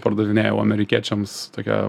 pardavinėjau amerikiečiams tokią